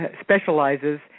specializes